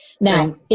Now